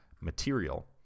material